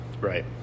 Right